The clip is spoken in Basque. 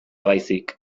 baizik